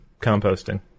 composting